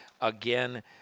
again